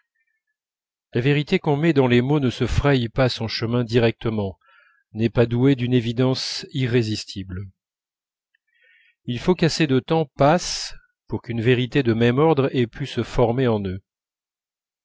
la vérité qu'on met dans les mots ne se fraye pas son chemin directement n'est pas douée d'une évidence irrésistible il faut qu'assez de temps passe pour qu'une vérité de même ordre ait pu se former en eux